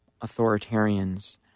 authoritarians